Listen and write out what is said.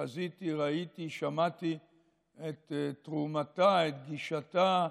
חזיתי, ראיתי ושמעתי את תרומתה, את גישתה,